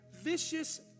vicious